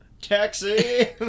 Taxi